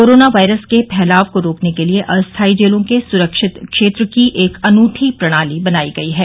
corona virus के फैलाव को रोकने के लिए अस्थायी जेलों के सुरक्षित क्षेत्र की एक अनूठी प्रणाली बनाई गई है